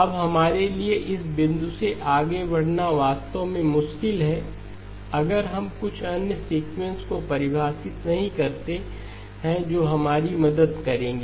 अब हमारे लिए इस बिंदु से आगे बढ़ना वास्तव में मुश्किल है अगर हम कुछ अन्य सीक्वेंस को परिभाषित नहीं करते हैं जो हमारी मदद करेंगे